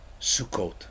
Sukkot